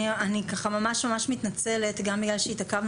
אני ככה ממש ממש מתנצלת גם בגלל שהתעכבנו